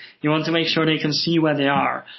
you want to make sure they can see where they are.